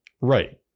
Right